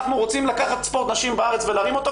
אנחנו רוצים לקחת ספורט נשים בארץ ולהרים אותו,